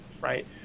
right